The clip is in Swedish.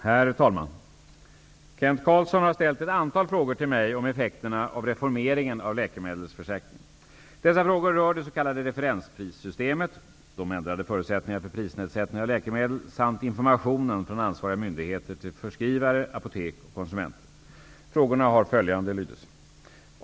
Herr talman! Kent Carlsson har ställt ett antal frågor till mig om effekterna av reformeringen av läkemedelsförsäkringen. Dessa frågor rör det s.k. referensprissystemet, de ändrade förutsättningarna för prisnedsättning av läkemedel samt informationen från ansvariga myndigheter till förskrivare, apotek och konsumenter. Frågorna har följande lydelse.